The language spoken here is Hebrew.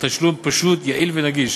תשלום פשוט, יעיל ונגיש